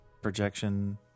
Projection